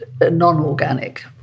non-organic